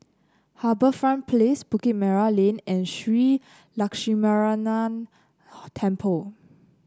HarbourFront Place Bukit Merah Lane and Shree Lakshminarayanan Temple